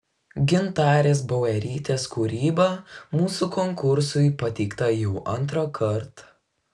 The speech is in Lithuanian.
gintarės bauerytės kūryba mūsų konkursui pateikta jau antrąkart